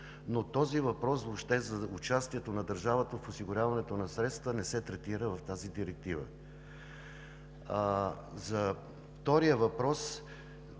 Но този въпрос – въобще за участието на държавата в осигуряването на средства, не се третира в тази директива. По втория въпрос